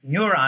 neuron